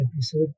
episode